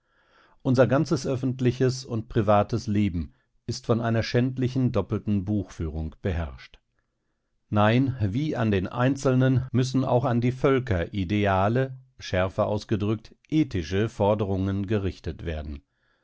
unser ganzes öffentliches und privates leben ist von einer schändlichen doppelten buchführung beherrscht nein wie an den einzelnen müssen auch an die völker ideale schärfer ausgedrückt ethische forderungen gerichtet werden